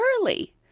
early